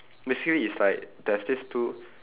basically is like there's this two